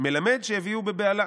"מלמד שהביאוהו בבהלה".